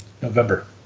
November